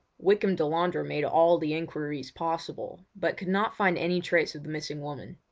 wykham delandre made all the enquiries possible, but could not find any trace of the missing woman.